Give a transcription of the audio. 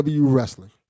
wrestling